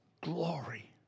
glory